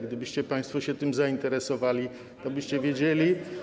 Gdybyście państwo się tym zainteresowali, tobyście wiedzieli.